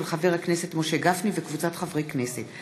של חבר הכנסת משה גפני וקבוצת חברי הכנסת;